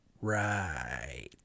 Right